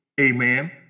amen